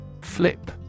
Flip